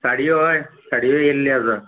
साड्यो हय साड्यो येल्ल्यो आसा